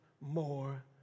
more